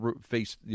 face